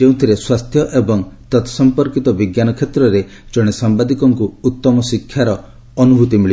ଯାହାକି ସ୍ୱାସ୍ଥ୍ୟ ଏବଂ ତତ୍ ସମ୍ପର୍କିତ ବିଜ୍ଞାନ କ୍ଷେତ୍ରରେ ଜଣେ ସାମ୍ବାଦିକଙ୍କ ଉତ୍ତମ ଶିକ୍ଷାର ଅନୁଭୂତି ଆଣିଦେବ